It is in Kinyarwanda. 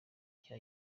cya